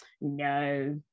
no